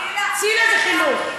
לא, ציל"ה זה בתוך חינוך.